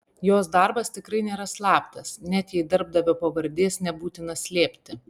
jos darbas tikrai nėra slaptas net jei darbdavio pavardės nebūtina slėpti